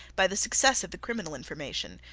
by the success of the criminal information,